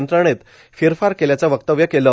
यंत्रणेत फेरफार केल्याचं वक्तव्य केलं